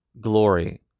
glory